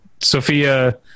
Sophia